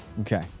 Okay